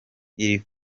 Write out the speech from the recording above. iri